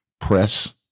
press